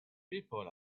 people